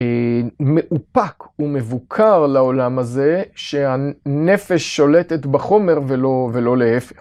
הןא מאופק ומבוקר לעולם הזה, שהנפש שולטת בחומר ולא להיפך.